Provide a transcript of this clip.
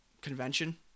convention